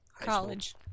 college